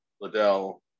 Liddell